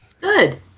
Good